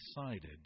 decided